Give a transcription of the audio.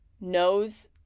knows